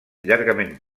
llargament